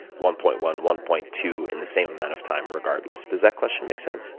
one point one, one point two in the same amount of time regardless? does that question make sense